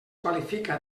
qualifica